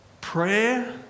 Prayer